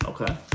Okay